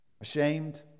ashamed